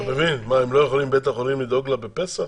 מה, בית החולים לא יכולים לדאוג לה בפסח?